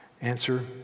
Answer